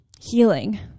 healing